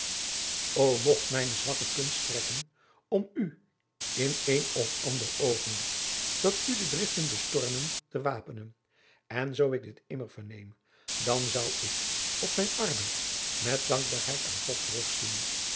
ô mogt mijne zwakke kunst strekken om u in een of ander oogenblik dat u de driften bestormen te wapenen en zoo ik dit immer verneem dan zou ik op mijn arbeid met dankbaarheid aan god terugzien